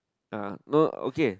uh no okay